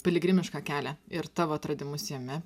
piligrimišką kelią ir tavo atradimus jame